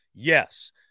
Yes